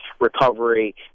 recovery